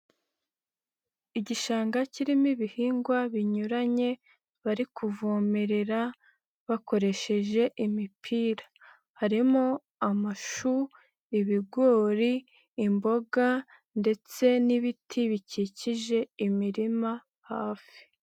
Igishanga kirimo ibihingwa binyuranye, bari kuvomerera, bakoresheje imipira, harimo amashu, ibigori, imboga ndetse n'ibiti bikikije imirima hafi.